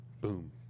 Boom